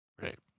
Right